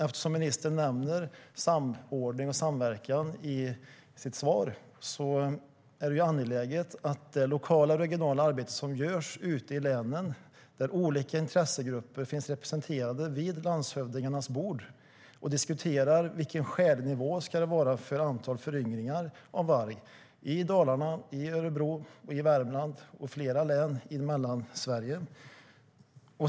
Eftersom ministern i sitt svar nämner samordning och samverkan vill jag säga att det är angeläget att uppmärksamma det lokala och regionala arbete som görs ute i länen. Där finns olika intressegrupper representerade vid landshövdingarnas bord och diskuterar vilken skälig nivå det ska vara på antalet föryngringar av varg i Dalarna, Örebro, Värmland med flera län i Mellansverige.